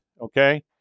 okay